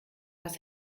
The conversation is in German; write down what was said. was